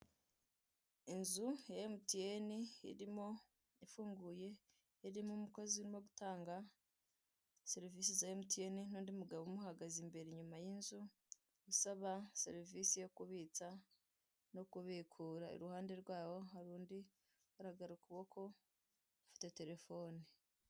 Inzu ya emutiyene irimo ifunguye irimo umukozi urimo gutanga serivise za emutiyene, n'undi mugabo umuhagaze imbere, inyuma y'inzu usaba serivise yo kubitsa no kubikura iruhande rwabo hari undi ugaragara ukuboko ufite terefone.